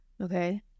okay